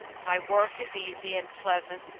my work is easy and pleasant,